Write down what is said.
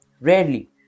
Rarely